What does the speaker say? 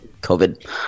COVID